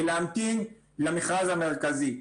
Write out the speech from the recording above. ולהמתין למכרז המרכזי.